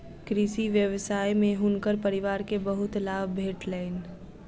कृषि व्यवसाय में हुनकर परिवार के बहुत लाभ भेटलैन